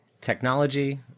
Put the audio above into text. technology